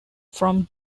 from